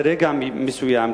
לרגע מסוים,